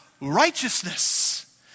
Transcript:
righteousness